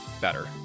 better